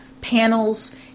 panels